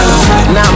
Now